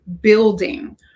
building